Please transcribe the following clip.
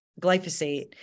glyphosate